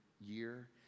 year